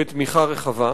בתמיכה רחבה.